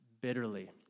bitterly